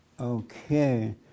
Okay